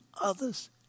others